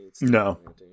No